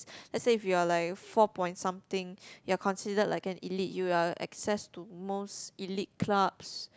let's say if you're like four point something you're considered like an elite you are access to most elite clubs